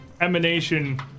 emanation